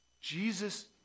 Jesus